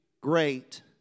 great